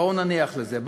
בואו נניח לזה.